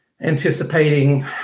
anticipating